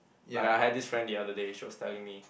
like I had this friend the other day she was telling me